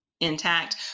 intact